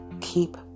keep